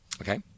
Okay